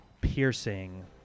piercing